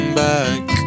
back